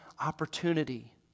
opportunity